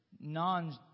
non